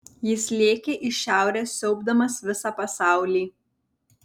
jis lėkė iš šiaurės siaubdamas visą pasaulį